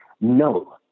no